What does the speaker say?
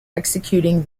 executing